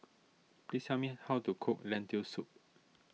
please tell me how to cook Lentil Soup